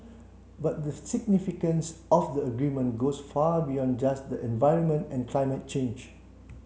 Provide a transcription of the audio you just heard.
but the significance of the agreement goes far beyond just the environment and climate change